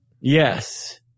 yes